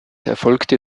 erfolgte